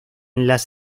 las